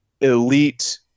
elite